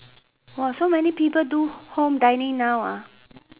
!wah! so many people do home dining now ah